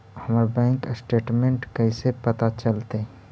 हमर bank statement कैसे पता चलतै?